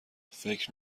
فکر